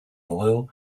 oil